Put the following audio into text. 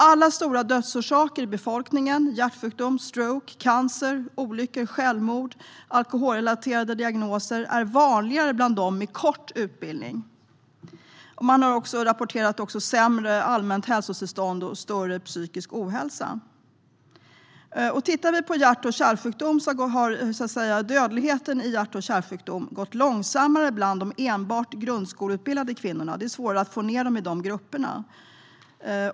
Alla stora dödsorsaker i befolkningen - hjärtsjukdom, stroke, cancer, olyckor, självmord och alkoholrelaterade diagnoser - är vanligare bland dem med kort utbildning. I denna grupp rapporteras också sämre allmänt hälsotillstånd och större psykisk ohälsa. Minskningen av dödligheten i hjärt och kärlsjukdom gått långsammare bland de enbart grundskoleutbildade kvinnorna. Det är svårare att få ned den i den gruppen.